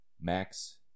Max